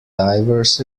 divers